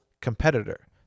competitor